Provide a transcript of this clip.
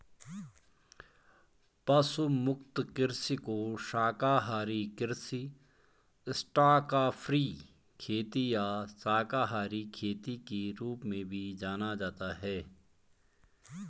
पशु मुक्त कृषि को शाकाहारी कृषि स्टॉकफ्री खेती या शाकाहारी खेती के रूप में भी जाना जाता है